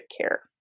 care